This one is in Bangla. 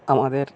আমাদের